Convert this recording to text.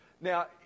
Now